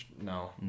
no